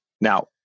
Now